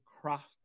craft